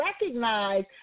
recognize